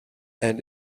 and